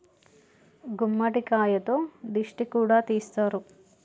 గుమ్మడికాయతో దిష్టి కూడా తీస్తారు